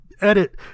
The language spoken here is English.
edit